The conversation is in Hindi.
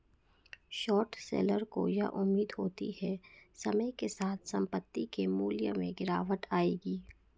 शॉर्ट सेलर को यह उम्मीद होती है समय के साथ संपत्ति के मूल्य में गिरावट आएगी